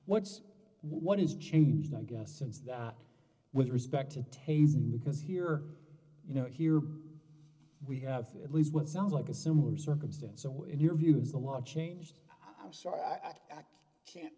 what's what has changed i guess since that with respect to tape because here you know here we have at least what sounds like a similar circumstance so in your view is the law changed i'm sorry i act can't